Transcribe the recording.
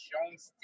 Jones